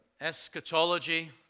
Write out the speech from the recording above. eschatology